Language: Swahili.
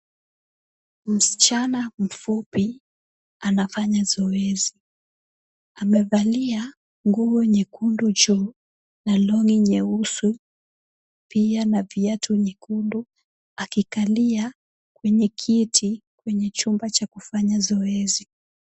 Msichana mfupi anafanya zoezi, amevalia nguo nyekundu juu na long'i nyeusi pia na viatu nyekundu, akikalia kwenye kiti kwenye chumba cha kufanya zoezi.